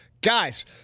Guys